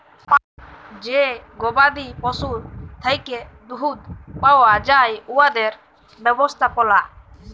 যে গবাদি পশুর থ্যাকে দুহুদ পাউয়া যায় উয়াদের ব্যবস্থাপলা